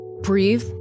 Breathe